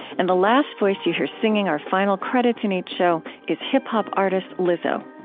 and the last voice you hear, singing our final credits in each show, is hip-hop artist lizzo.